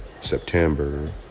September